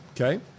Okay